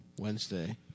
Wednesday